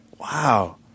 Wow